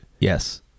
Yes